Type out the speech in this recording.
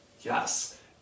Yes